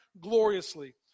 gloriously